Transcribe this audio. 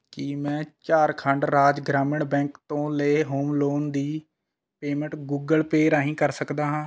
ਕੀ ਮੈਂ ਝਾਰਖੰਡ ਰਾਜ ਗ੍ਰਾਮੀਣ ਬੈਂਕ ਤੋਂ ਲਏ ਹੋਮ ਲੋਨ ਦੀ ਪੇਮੈਂਟ ਗੂਗਲ ਪੇਅ ਰਾਹੀਂ ਕਰ ਸਕਦਾ ਹਾਂ